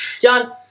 John